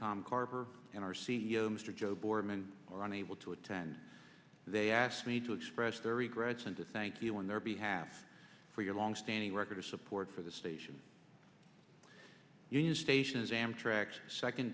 tom carver and our c e o mr joe boardman are unable to attend they asked me to express their regrets and to thank you in their behalf for your longstanding record of support for the station union station is amtrak's second